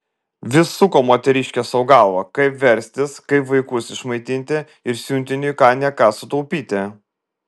vis suko moteriškė sau galvą kaip verstis kaip vaikus išmaitinti ir siuntiniui ką ne ką sutaupyti